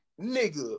nigga